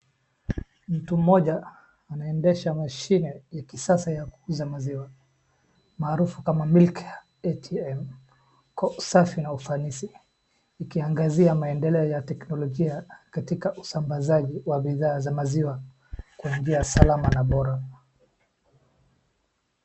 Mtu mmoja anaendesha mashine ya kisasa ya kuuza maziwa, maalufu kama milk ATM , kwa usafi na ufanisi ikiangazia maendeleo ya teknolojia katika usambazaji wa bidhaa za maziwa kwa njia salama na bora.